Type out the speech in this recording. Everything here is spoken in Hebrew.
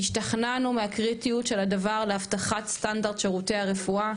השתכנענו מהקריטיות של הדבר להבטחת סטנדרט שירותי הרפואה,